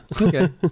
Okay